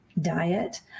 diet